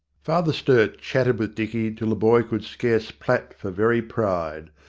father sturt chatted with dicky till the boy could scarce plait for very pride.